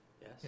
Yes